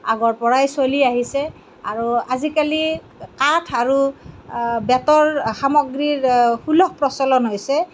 আগৰ পৰাই চলি আহিছে আৰু আজিকালি কাঠ আৰু বেঁতৰ সামগ্ৰীৰ সুলভ প্ৰচলন হৈছে